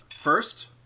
first